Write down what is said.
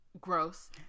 gross